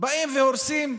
באים והורסים,